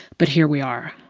but here we are.